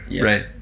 Right